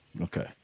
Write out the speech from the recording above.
okay